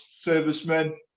servicemen